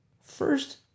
First